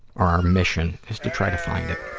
our mission is to try to find it.